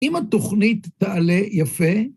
אם התוכנית תעלה יפה...